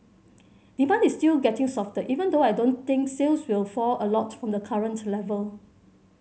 demand is still getting softer even though I don't think sales will fall a lot from the current level